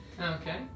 Okay